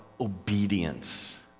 obedience